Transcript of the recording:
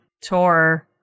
tour